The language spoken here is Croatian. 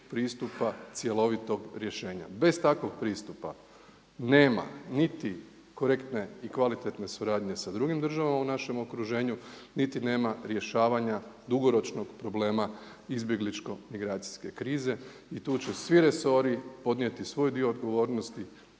pristupa cjelovitog rješenja. Bez takvog pristupa nema niti korektne niti kvalitetne suradnje sa drugim državama u našem okruženju, niti nema rješavanja dugoročnog problema izbjegličko-migracijske krize. I tu će svi resori podnijeti svoj dio odgovornosti,